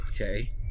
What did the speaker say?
Okay